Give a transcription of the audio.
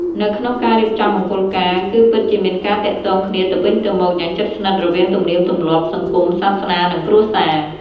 នៅក្នុងការរៀបចំមង្គលការ គឺពិតជាមានការទាក់ទងគ្នាទៅវិញទៅមកយ៉ាងជិតស្និទ្ធ រវាងទំនៀមទម្លាប់ សង្គម សាសនា និងគ្រួសារ។